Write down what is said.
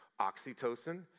oxytocin